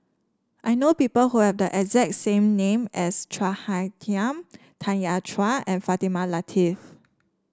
I know people who have the exact same name as Chua Hai Tanya Chua and Fatimah Lateef